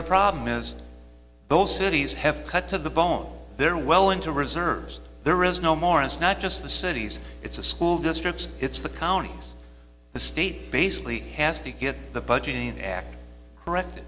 the problem is those cities have cut to the bone they're well into reserves there is no more it's not just the cities it's a school district it's the counties the state basically has to get the budget and act correct